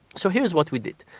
so here is what we did.